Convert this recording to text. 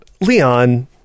Leon